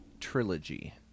Trilogy